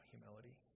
humility